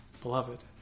beloved